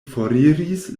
foriris